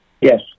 Yes